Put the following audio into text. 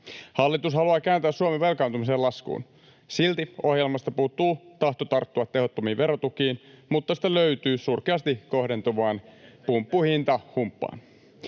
Hallitus haluaa kääntää Suomen velkaantumisen laskuun, silti ohjelmasta puuttuu tahto tarttua tehottomiin verotukiin, mutta sitä löytyy surkeasti kohdentuvaan pumppuhintahumppaan.